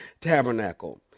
Tabernacle